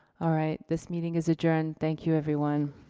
all right, this meeting is adjourned. thank you everyone.